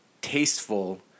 tasteful